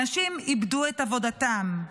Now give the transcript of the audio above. אנשים איבדו את עבודתם,